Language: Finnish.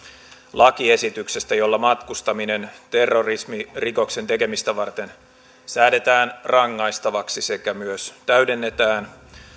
lakiesityksestä jolla matkustaminen terrorismirikoksen tekemistä varten säädetään rangaistavaksi sekä myös täydennetään